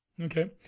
Okay